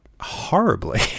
horribly